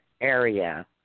area